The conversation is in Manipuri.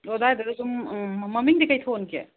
ꯑꯣ ꯑꯗꯥꯏꯗꯨꯗ ꯁꯨꯝ ꯎꯝ ꯃꯃꯤꯡꯗꯤ ꯀꯩ ꯊꯣꯟꯒꯦ